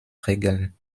regeln